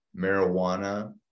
marijuana